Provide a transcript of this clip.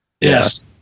Yes